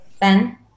Ben